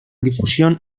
difusión